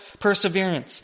perseverance